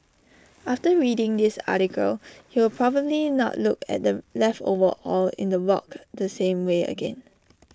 after reading this article you will probably not look at the leftover oil in the wok the same way again